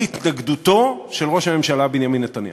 התנגדותו של ראש הממשלה בנימין נתניהו.